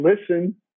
listen